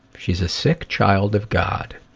she's a sick child of god